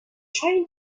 trying